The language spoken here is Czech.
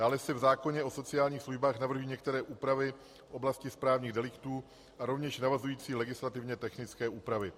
Dále se v zákoně o sociálních službách navrhují některé úpravy v oblasti správních deliktů a rovněž navazující legislativně technické úpravy.